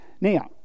Now